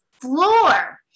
floor